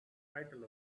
title